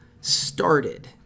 started